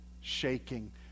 shaking